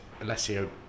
Alessio